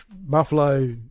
Buffalo